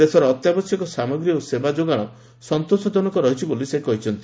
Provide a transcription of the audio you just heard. ଦେଶରେ ଅତ୍ୟାବଶ୍ୟକ ସାମଗ୍ରୀ ଓ ସେବା ଯୋଗାଣ ସନ୍ତୋଷଜନକ ରହିଛି ବୋଲି ସେ କହିଛନ୍ତି